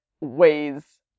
ways